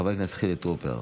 חבר הכנסת חילי טרופר.